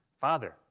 Father